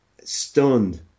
stunned